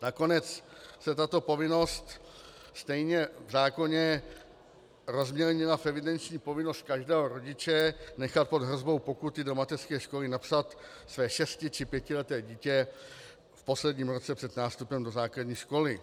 Nakonec se tato povinnost stejně v zákoně rozmělnila v evidenční povinnost každého rodiče nechat pod hrozbou pokuty do mateřské školy napsat své šesti či pětileté dítě v posledním roce před nástupem do základní školy.